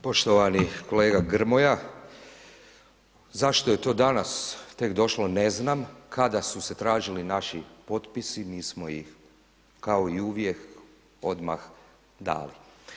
Poštovani kolega Grmoja, zašto je to danas tek došlo ne znam, kada su se tražili naši potpisi, mi smo ih kao i uvijek odmah dali.